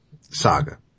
Saga